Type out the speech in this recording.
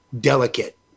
delicate